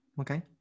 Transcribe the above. Okay